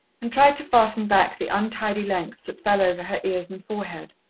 and tried to fasten back the untidy lengths that fell over her ears and forehead.